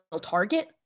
target